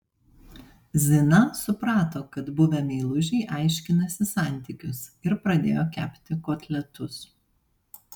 zina suprato kad buvę meilužiai aiškinasi santykius ir pradėjo kepti kotletus